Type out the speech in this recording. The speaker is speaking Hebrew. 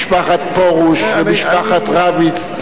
משפחת פרוש ומשפחת רביץ,